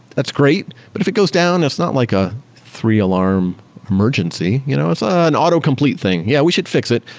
that's great. but if it goes down, it's not like a three-alarm emergency. you know it's an autocomplete thing. yeah, we should fix it,